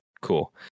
Cool